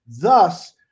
thus